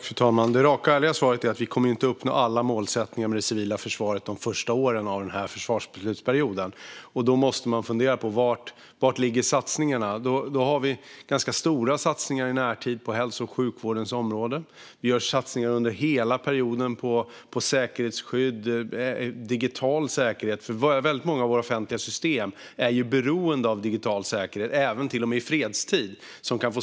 Fru talman! Det raka och ärliga svaret är att vi inte kommer att uppnå alla målsättningar med det civila försvaret under de första åren av denna försvarsperiod. Var ligger då satsningarna? I närtid gör vi ganska stora satsningar på hälso och sjukvårdsområdet. Under hela perioden gör vi satsningar på digital säkerhet, för många av de offentliga systemen är beroende av digital säkerhet även i fredstid.